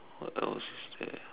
what else is there